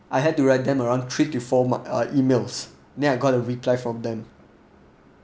I had to write them around three to four ma~ ah emails then I got a reply from them